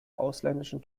ausländischen